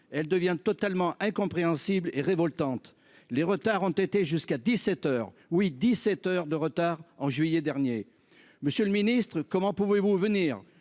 elle devient totalement incompréhensible et révoltante, les retards ont été jusqu'à 17 heures oui 17 heures de retard en juillet dernier, monsieur le Ministre, comment pouvez-vous venir